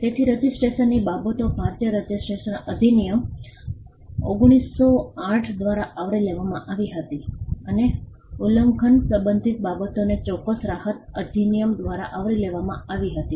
તેથી રજીસ્ટ્રેશનની બાબતો ભારતીય રજીસ્ટ્રેશન અધિનિયમ 1908 દ્વારા આવરી લેવામાં આવી હતી અને ઉલ્લંઘન સંબંધિત બાબતોને ચોક્કસ રાહત અધિનિયમ દ્વારા આવરી લેવામાં આવી હતી